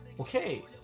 okay